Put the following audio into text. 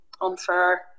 unfair